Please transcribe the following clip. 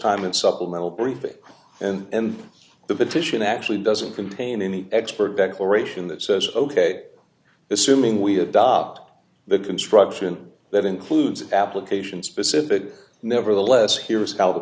time in supplemental briefing and the petition actually doesn't contain any expert declaration that says ok assuming we adopt the construction that includes application specific nevertheless here is how the